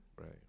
Right